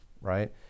right